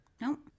Nope